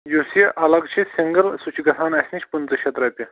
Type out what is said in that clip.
یُس یہِ الگ چھِ سِنٛگِل سُہ چھُ گژھان اَسہِ نِش پٕنٛژٕہ شَتھ رۄپیہِ